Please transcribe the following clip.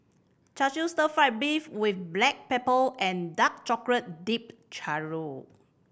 Char Siu stir fried beef with black pepper and dark chocolate dip churro